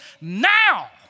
now